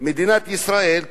מדינת ישראל,